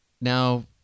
now